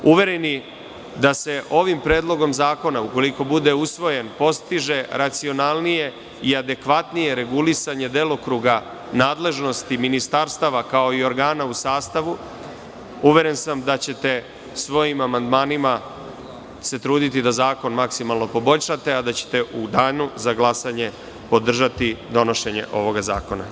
Uvereni da se ovim predlogom zakona, ukoliko bude usvojen, postiže racionalnije i adekvatnije regulisanje delokruga nadležnosti ministarstava kao i organa u sastavu, uveren sam da ćete svojim amandmanima se truditi da zakon maksimalno poboljšate a da ćete u danu za glasanje podržati donošenje ovog zakona.